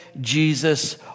Jesus